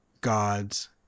God's